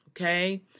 Okay